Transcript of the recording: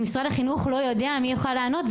אם משרד החינוך לא יודע מי יוכל לענות?